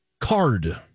card